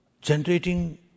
generating